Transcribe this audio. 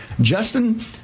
Justin